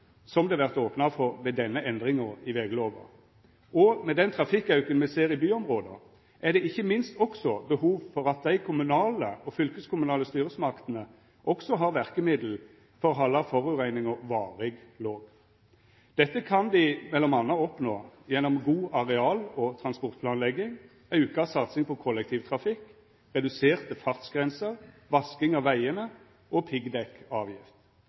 det vert opna for ved denne endringa i veglova, og med den trafikkauken me ser i byområda, er det ikkje minst behov for at dei kommunale og fylkeskommunale styresmaktene også har verkemiddel for å halda forureininga varig låg. Dette kan dei m.a. oppnå gjennom god areal- og transportplanlegging, auka satsing på kollektivtrafikk, reduserte fartsgrenser, vasking av vegane og